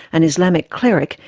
an islamist cleric,